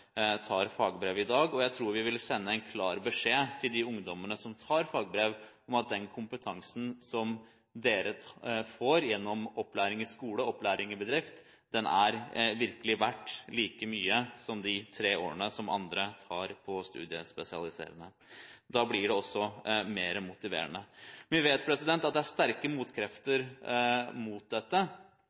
i dag. Jeg tror vi vil sende en klar beskjed til de ungdommene som tar fagbrev, om at den kompetansen som de får gjennom opplæring i skole og bedrift, virkelig er verdt like mye som de tre årene som andre bruker på studiespesialisering. Da blir det også mer motiverende. Vi vet at det er sterke motkrefter mot dette,